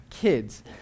kids